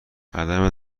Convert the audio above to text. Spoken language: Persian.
عدم